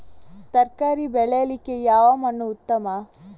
ತರಕಾರಿ ಬೆಳೆಯಲಿಕ್ಕೆ ಯಾವ ಮಣ್ಣು ಉತ್ತಮ?